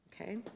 Okay